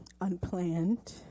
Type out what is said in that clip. unplanned